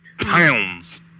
Pounds